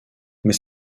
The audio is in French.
mais